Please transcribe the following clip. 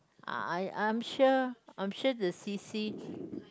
I I'm sure I'm sure the c_c